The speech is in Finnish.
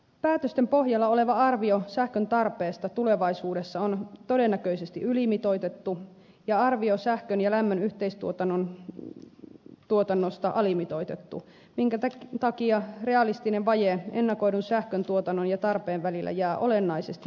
päätösten pohjalla oleva arvio sähköntarpeesta tulevaisuudessa on todennäköisesti ylimitoitettu ja arvio sähkön ja lämmön yhteistuotannosta alimitoitettu minkä takia realistinen vaje ennakoidun sähköntuotannon ja tarpeen välillä jää olennaisesti pienemmäksi